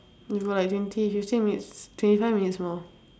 we got like twenty fifteen minutes twenty five minutes more